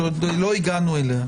שעוד לא הגענו אליה,